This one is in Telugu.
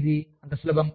అది అంత సులభం